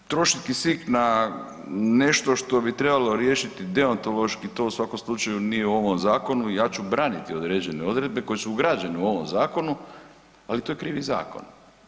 I trošiti kisik na nešto što bi trebalo riješiti deontološki to u svakom slučaju nije u ovom zakonu i ja ću braniti određene odredbe koje su ugrađeni u ovom zakonu, ali to je krivi zakon.